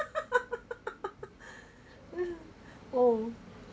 oh